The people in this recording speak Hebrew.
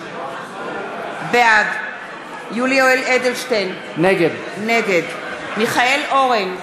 בעד יולי יואל אדלשטיין, נגד מיכאל אורן,